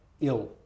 ill